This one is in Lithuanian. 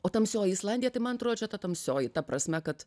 o tamsioji islandija tai man atrodo čia ta tamsioji ta prasme kad